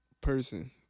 Person